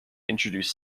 introduce